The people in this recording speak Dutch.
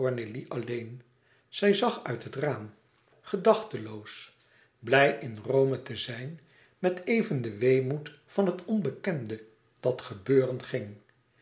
alleen zij zag uit het raam gedachteloos blij in rome te zijn met even den weemoed van het onbekende dat gebeuren ging